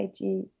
IG